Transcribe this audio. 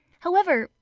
however,